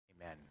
Amen